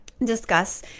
discuss